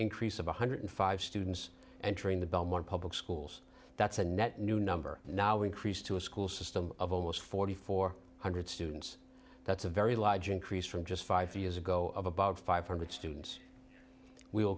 increase of one hundred five students entering the belmont public schools that's a net new number now increased to a school system of almost forty four hundred students that's a very large increase from just five years ago of about five hundred students w